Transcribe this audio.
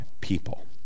people